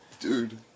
Dude